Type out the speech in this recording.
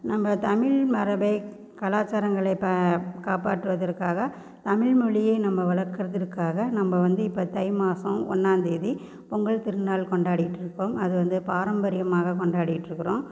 நம்ம தமிழ் மரபை கலாச்சாரங்களை காப்பாற்றுவதற்காக தமிழ் மொழியை நம்ம வளர்கிறதுக்காக நம்ம வந்து இப்போ தை மாசம் ஒன்னாம்தேதி பொங்கல் திருநாள் கொண்டாடிகிட்டு இருக்கோம் அது வந்து பாரம்பரியமாக கொண்டாடிகிட்டு இருக்கோம்